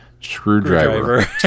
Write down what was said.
screwdriver